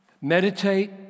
Meditate